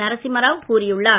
நரசிம்மராவ் கூறியுள்ளார்